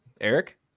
Eric